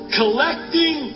collecting